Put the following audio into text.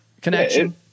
connection